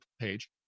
page